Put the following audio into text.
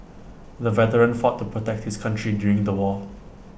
the veteran fought to protect his country during the war